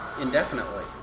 indefinitely